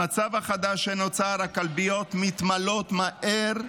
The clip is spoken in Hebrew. במצב החדש שנוצר, הכלביות מתמלאות מהר,